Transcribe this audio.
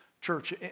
Church